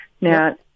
Now